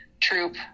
troop